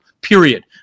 period